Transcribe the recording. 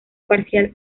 parcial